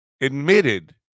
admitted